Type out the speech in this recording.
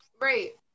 Right